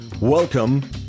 welcome